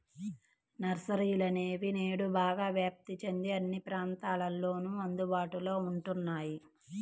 నర్సరీలనేవి నేడు బాగా వ్యాప్తి చెంది అన్ని ప్రాంతాలలోను అందుబాటులో ఉంటున్నాయి